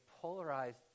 polarized